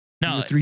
No